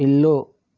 ఇల్లు